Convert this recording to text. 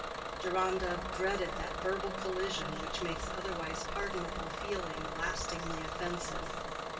deronda dreaded that verbal collision which makes otherwise pardonable feeling lastingly offensive.